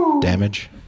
damage